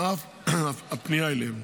ואף הפנייה אליהם.